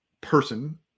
person